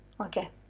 okay